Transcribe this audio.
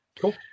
Cool